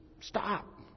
stop